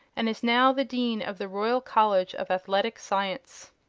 and is now the dean of the royal college of athletic science.